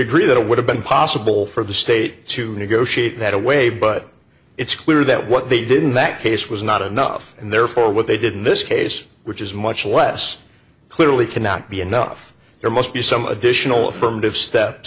agree that it would have been possible for the state to negotiate that away but it's clear that what they did in that case was not enough and therefore what they did miss case which is much less clearly cannot be enough there must be some additional affirmative steps